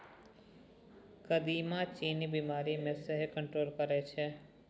कदीमा चीन्नी बीमारी केँ सेहो कंट्रोल करय छै